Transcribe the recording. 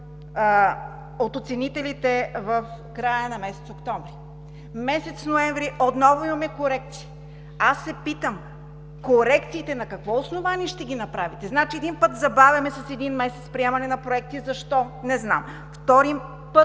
от оценителите в края на месец октомври, месец ноември отново имаме корекции, аз се питам: на какво основание ще направите корекциите? Значи, един път забавяме с един месец приемането на проекти, защо, не знам?! Втори път,